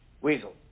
Weasel